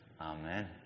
amen